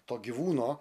to gyvūno